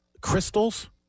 Crystals